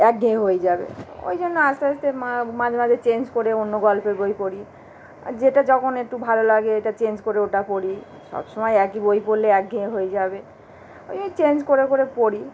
একঘেয়ে হয়ে যাবে ওই জন্য আস্তে আস্তে মাঝে মাঝে চেঞ্জ করে অন্য গল্পের বই পড়ি আর যেটা যখন একটু ভালো লাগে এটা চেঞ্জ করে ওটা পড়ি সবসময় একই বই পড়লে একঘেয়ে হয়ে যাবে ওই ওই চেঞ্জ করে করে পড়ি